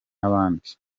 abandi